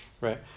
right